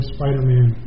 Spider-Man